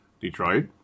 Detroit